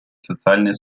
социальной